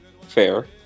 Fair